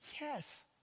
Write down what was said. yes